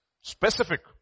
Specific